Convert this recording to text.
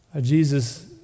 Jesus